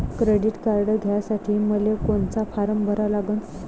Credit card घ्यासाठी मले कोनचा फारम भरा लागन?